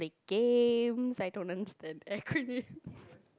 games I don't understand acronyms